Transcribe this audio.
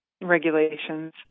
regulations